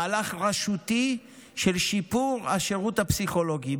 מהלך רשותי של שיפור השירות הפסיכולוגי.